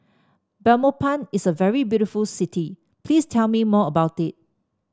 Belmopan is a very beautiful city please tell me more about it